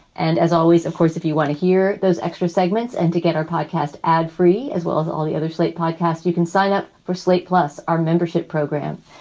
and as always, of course, if you want to hear those extra segments and to get our podcast ad free, as well as all the other slate podcasts, you can sign up for slate. plus our membership program,